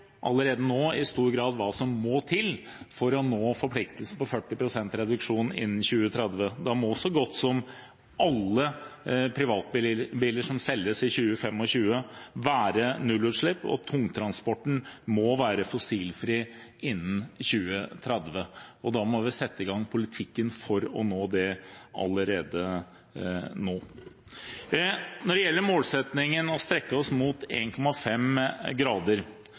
allerede nå i stor grad hva som må til for å nå forpliktelsen på 40 pst. reduksjon innen 2030. Da må så godt som alle privatbiler som selges i 2025, være nullutslippsbiler, og tungtransporten må være fossilfri innen 2030. Da må vi sette i gang politikken for å nå det allerede nå. Når det gjelder målsettingen om å strekke oss mot